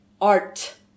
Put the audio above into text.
art